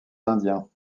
indiens